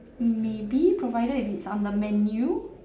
maybe provided if it's on the menu